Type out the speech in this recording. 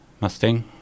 Mustang